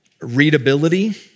readability